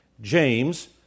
James